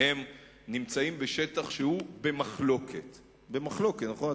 נמצאים בשטח שהוא במחלוקת במחלוקת, נכון?